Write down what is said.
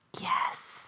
Yes